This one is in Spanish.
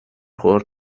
juegos